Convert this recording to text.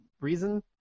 reason